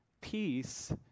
Peace